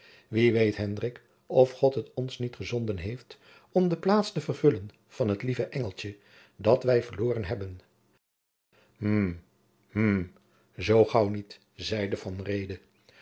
pleegzoon hendrik of god het ons niet gezonden heeft om de plaats te vervullen van het lieve engeltje dat wij verloren hebben hm hm zoo gaauw niet zeide